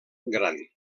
gran